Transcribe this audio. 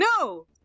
no